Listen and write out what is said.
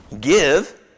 Give